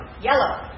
Yellow